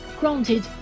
Granted